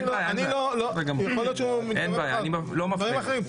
יכול להיות שהוא מדבר על דברים אחרים.